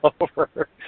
over